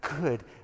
good